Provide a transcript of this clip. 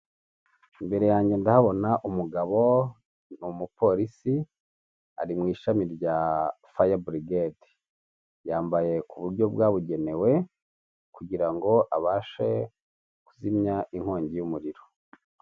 Imbere yange ndahabona umugabo ni umupolisi ari mu ishami rya fayaburigedi, yambaye ku buryo bwabugenewe kugira ngo abashe kuzimya inkongi y'umuriro.